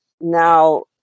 now